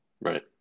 right